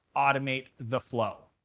automate the flow.